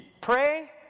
pray